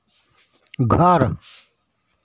घर